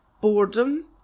boredom